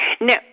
Now